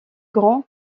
grands